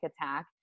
attack